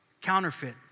Counterfeit